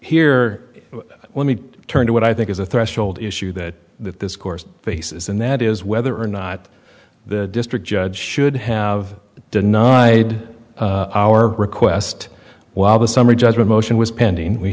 here let me turn to what i think is a threshold issue that this course faces and that is whether or not the district judge should have denied our request while the summary judgment motion was pending we